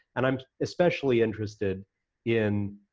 and i'm especially interested in